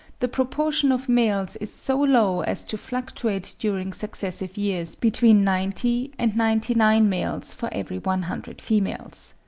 the proportion of males is so low as to fluctuate during successive years between ninety and ninety nine males for every one hundred females.